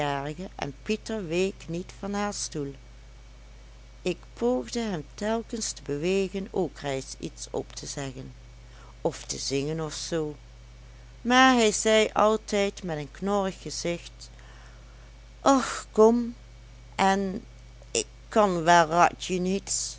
en pieter week niet van haar stoel ik poogde hem telkens te bewegen ook reis iets op te zeggen of te zingen of zoo maar hij zei altijd met een knorrig gezicht och kom en ik kan waaratje niets